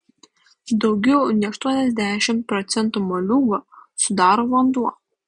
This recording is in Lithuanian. daugiau nei aštuoniasdešimt procentų moliūgo sudaro vanduo